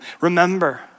Remember